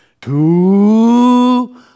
two